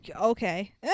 Okay